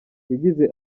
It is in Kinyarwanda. yagize